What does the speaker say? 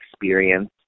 experience